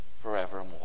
forevermore